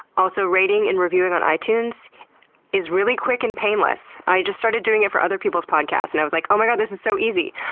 also, rating and reviewing on itunes is really quick and painless. i just started doing it for other people's podcasts. i was like, oh my god, this is so easy!